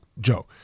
Joe